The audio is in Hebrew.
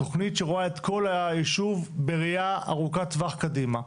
התכנית שרואה את כל היישוב בראייה ארוכת טווח קדימה.